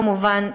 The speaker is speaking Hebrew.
כמובן,